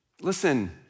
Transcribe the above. Listen